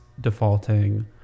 defaulting